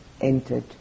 entered